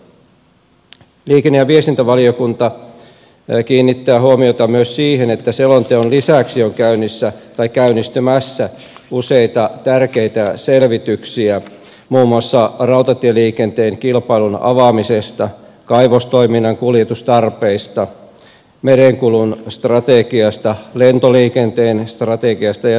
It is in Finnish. liikenne ja viestintävaliokunta kiinnittää huomiota myös siihen että selonteon lisäksi on käynnistymässä useita tärkeitä selvityksiä muun muassa rautatieliikenteen kilpailun avaamisesta kaivostoiminnan kuljetustarpeista merenkulun strategiasta lentoliikenteen strategiasta ja niin edelleen